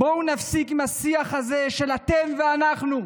בואו נפסיק עם השיח הזה של אתם ואנחנו.